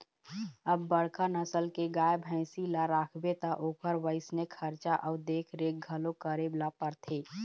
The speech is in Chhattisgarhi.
अब बड़का नसल के गाय, भइसी ल राखबे त ओखर वइसने खरचा अउ देखरेख घलोक करे ल परथे